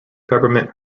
peppermint